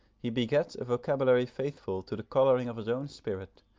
he begets a vocabulary faithful to the colouring of his own spirit,